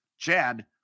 Chad